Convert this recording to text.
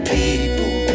people